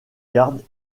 garde